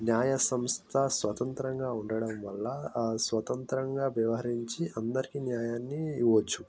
న్యాయసంస్థ స్వతంత్రంగా ఉండడం వల్ల ఆ స్వతంత్రంగా వ్యవహరించి అందరికి న్యాయాన్ని ఇవ్వచ్చు